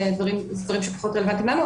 דברים שפחות רלוונטיים לנו,